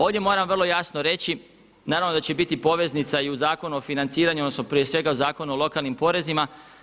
Ovdje moram vrlo jasno reći, naravno da će biti poveznica i u Zakonu o financiranju odnosno prije svega Zakonu o lokalnim porezima.